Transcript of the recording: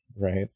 right